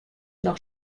noch